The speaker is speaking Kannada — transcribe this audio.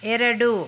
ಎರಡು